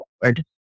forward